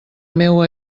meua